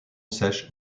sèche